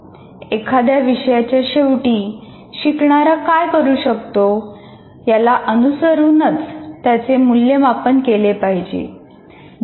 एखाद्या विषयाच्या शेवटी शिकणारा काय करू शकतो याला अनुसरूनच त्याचे मूल्यमापन केले पाहिजे